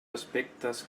aspectes